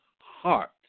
heart